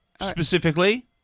specifically